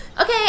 Okay